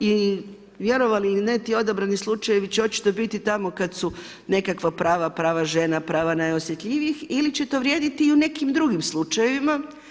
I vjerovali ili ne ti odabrani slučajevi će očito biti tamo kada su nekakva prava, prava žena, prava najosjetljivijih ili će to vrijediti i u nekim drugim slučajevima.